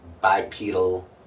bipedal